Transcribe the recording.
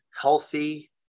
healthy